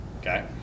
Okay